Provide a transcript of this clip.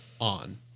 on